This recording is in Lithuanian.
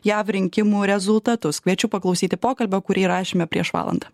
jav rinkimų rezultatus kviečiu paklausyti pokalbio kurį įrašėme prieš valandą